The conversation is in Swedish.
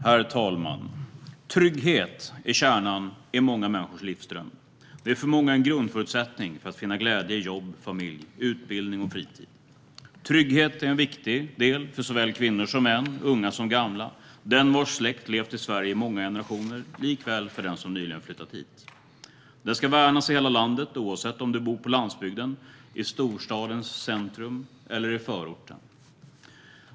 Herr talman! Trygghet är kärnan i många människors livsdröm. Den är för många en grundförutsättning för att finna glädje i jobb, familj, utbildning och fritid. Trygghet är viktig för såväl kvinnor som män, unga som gamla. Trygghet är viktig för den vars släkt levt i Sverige i många generationer liksom för den som nyligen flyttat hit. Den ska värnas i hela landet oavsett om du bor på landsbygden, i storstadens centrum eller i förorten.